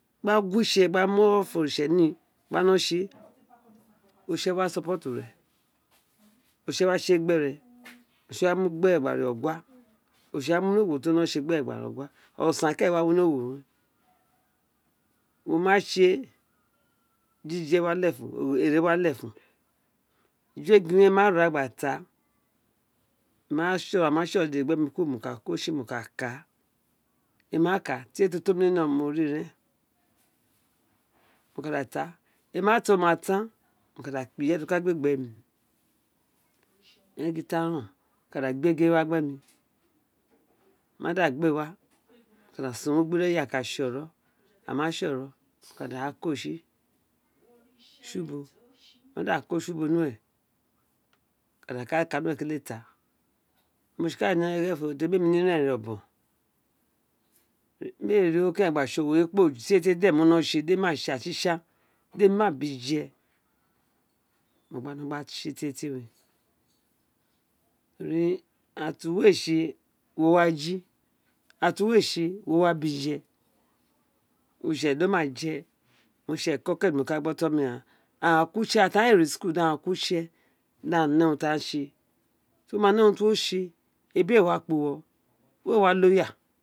Gba gu wo itse gba mí of oritse ni gba no tse oritse wa ontse wạ tse gbẽré ori tse wa mu gbere gba re ogua oritse wa munr owo ti uwo ni tse gba re ogua osan kerenfo ka wino owo we wo̱ má tse jije wa lefun jì je wa lefun eju égn we ma ra gba taa ma a ma tsioro dede gbe mì kuro mó ka ka emí ma ka tie to ma taa o ma tan mo ka de kpi reye tí a ka abi egin wa gbe mi mi a egin tan ren o a ka da gbe egn wa abemi a ma da gbe wa mo ka da sãn ogho gbị ireye a ka dá tsi óró a ma tsi oro, a ki daá ko tsi tsi ubo a ma da ko tsi ubò nulwe mo ka da ka ka ni ubo temi kpe ta di mo tsikale kerenfo to ri éra érèn mi a ré obon mi a ri ogho keren gba tsi tie owua mó kpe no tsi éè di emì ma tsi atsi tsan di emì ma bi je mo gba no gba tsr gba re wé to ri ira tr uwo we tsi éè wo wa jí ira tr uwowetsi éè wo jéè owun re tsi eko tr mó no ko ótòn mi ghaan aghaan kó utsè ira tr aghe éè rí ulieko aghaan kó utse di aghen ne̱ urun tr a tsi éè to va wo ma né urun tr uwo tse ẹbr éè wa kpa uwo wẽ wạ loyal.